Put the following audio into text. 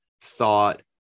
thought